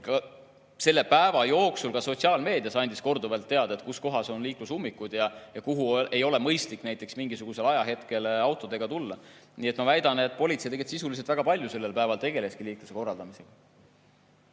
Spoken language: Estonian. selle päeva jooksul anti sotsiaalmeedias korduvalt teada, kus kohas on liiklusummikud ja kuhu ei ole mõistlik mingisugusel ajahetkel autoga tulla. Nii et ma väidan, et politsei tegelikult sisuliselt väga palju sellel päeval tegeleski just liikluse korraldamisega.